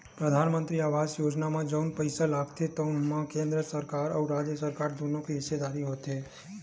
परधानमंतरी आवास योजना म जउन पइसा लागथे तउन म केंद्र सरकार अउ राज सरकार दुनो के हिस्सेदारी होथे